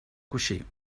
coixí